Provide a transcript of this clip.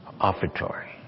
Offertory